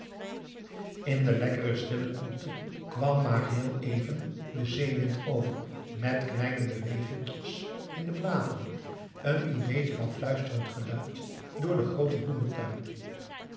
in de lekkere stille koelte kwam maar heel even de zeewind over met kleine beweginkjes in de bladeren een ideetje van fluisterend geluid door den grooten bloementuin